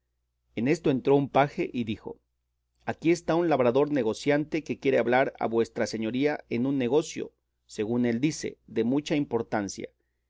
en esto entró un paje y dijo aquí está un labrador negociante que quiere hablar a vuestra señoría en un negocio según él dice de mucha importancia